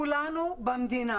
כולנו במדינה